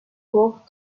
court